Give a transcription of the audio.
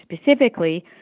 specifically